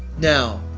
now,